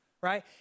right